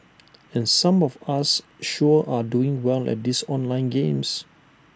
and some of us sure are doing well at these online games